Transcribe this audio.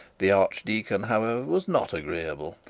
the archdeacon, however, was not agreeable,